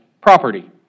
Property